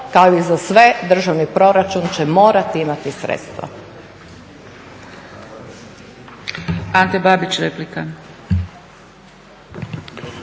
kao i za sve državni proračun će morati imati sredstva.